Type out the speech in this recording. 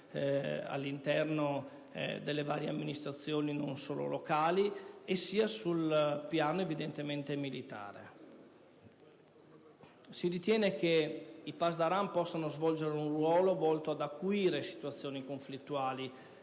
all'interno delle varie amministrazioni e non solo locali - sia sul piano militare. Si ritiene che i pasdaran possono svolgere un ruolo volto ad acuire situazioni conflittuali